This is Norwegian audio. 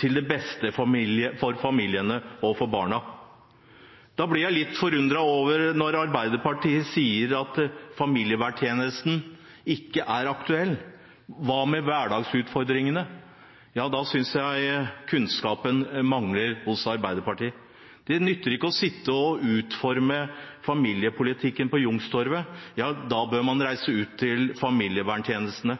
til det beste for familiene og for barna. Da blir jeg litt forundret over at Arbeiderpartiet sier at familieverntjenesten ikke er aktuell. Hva med hverdagsutfordringene? Ja, da synes jeg kunnskapen mangler hos Arbeiderpartiet. Det nytter ikke å sitte og utforme familiepolitikken på Youngstorget. Man bør reise ut til familieverntjenesten.